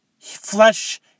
Flesh